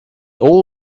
all